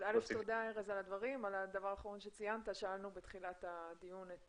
על הדבר האחרון שציינת שאלנו בתחילת הדיון את